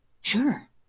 Sure